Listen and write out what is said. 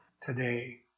today